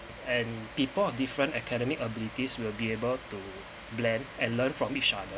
and people of different academic abilities will be able to blend and learn from each other